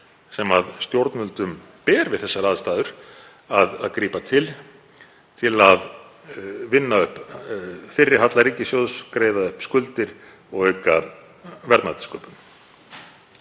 sem stjórnvöldum ber við þessar aðstæður að grípa til til að vinna upp fyrri halla ríkissjóðs, greiða upp skuldir og auka verðmætasköpun.